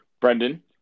Brendan